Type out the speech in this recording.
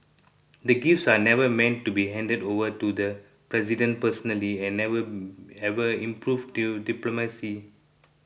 the gifts are never meant to be handed over to the President personally and never ever improved due diplomacy